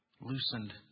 loosened